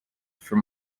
from